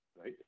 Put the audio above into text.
Right